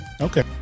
Okay